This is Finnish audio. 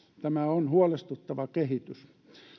tämä on huolestuttava kehitys